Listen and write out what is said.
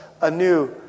anew